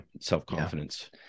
self-confidence